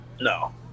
No